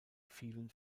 vielen